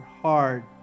hard